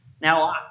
Now